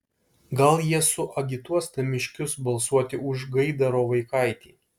gal jie suagituos namiškius balsuoti už gaidaro vaikaitį